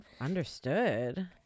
Understood